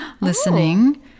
listening